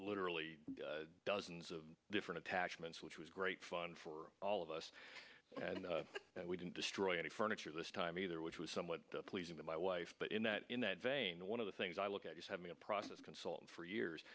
literally dozens of different attachments which was great fun for all of us and we didn't destroy any furniture this time either which was somewhat pleasing to my wife but in that in that vein one of the things i look at is having a process consultant for years